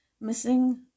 missing